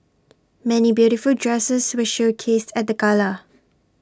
many beautiful dresses were showcased at the gala